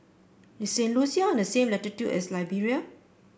is Saint Lucia on the same latitude as Liberia